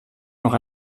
noch